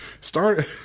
Start